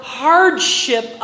hardship